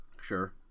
Sure